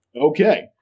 Okay